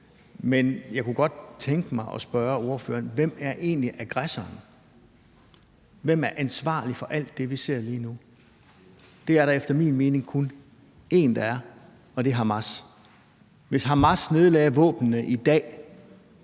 men jeg kunne godt tænke mig at spørge ordføreren, hvem egentlig aggressoren er. Hvem er ansvarlig for alt det, vi ser lige nu? Det er der efter min mening kun én der er, og det er Hamas. Hvis Hamas nedlagde våbnene i dag,